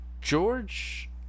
George